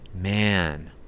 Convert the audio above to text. Man